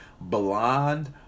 Blonde